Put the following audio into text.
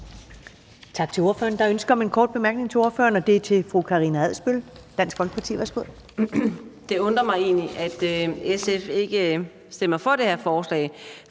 Tak til ordføreren. Der er et ønske om en kort bemærkning til ordføreren fra fru Karina Adsbøl, Dansk Folkeparti. Værsgo. Kl. 19:58 Karina Adsbøl (DF): Det undrer mig egentlig, at SF ikke stemmer for det her forslag,